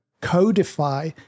codify